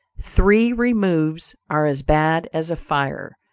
three removes are as bad as a fire,